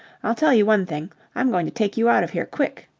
i'll tell you one thing, i'm going to take you out of here quick.